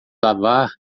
lavar